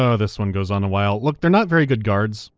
ah this one goes on a while, look, they're not very good guards.